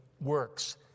works